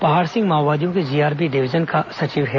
पहाड़ सिंह माओवादियों के जीआरबी डिवीजन का सचिव है